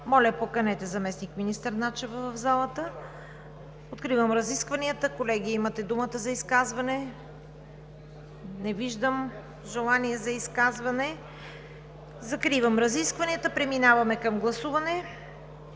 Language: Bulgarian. Моля, поканете заместник-министър Начева в залата. Откривам разискванията. Колеги, имате думата за изказвания. Не виждам желания. Закривам разискванията. Преминаваме към гласуване.